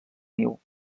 niu